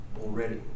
already